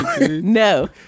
No